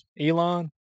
Elon